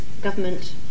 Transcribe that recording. government